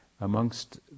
amongst